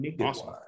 Awesome